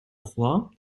trois